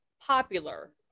popular